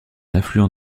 affluent